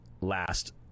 last